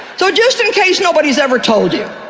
so just in case nobody's ever told you,